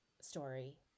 story